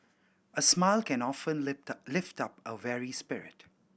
a smile can often lift up a weary spirit